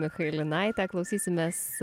michailinaite klausysimės